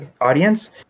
audience